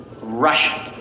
Russian